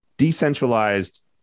decentralized